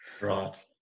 Right